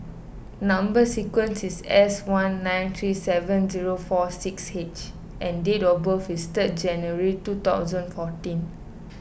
Number Sequence is S one nine three seven zero four six H and date of birth is third January two thousand fourteen